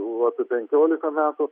buvau apie penkiolika metų